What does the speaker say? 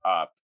up